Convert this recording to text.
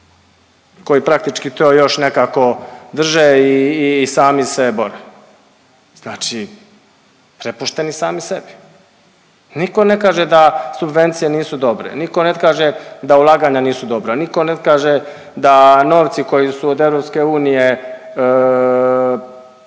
koji praktički to još nekako drže i sami se bore. Znači prepušteni sami sebi. Nitko ne kaže da subvencije nisu dobre, nitko ne kaže da ulaganja nisu dobra, nitko ne kaže da novci koji su od EU